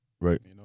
Right